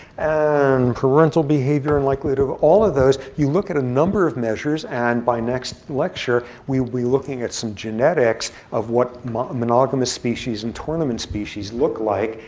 and parental behavior and likelihood all of those, you look at a number of measures. and by next lecture, we'll be looking at some genetics of what a monogamous species and tournament species look like.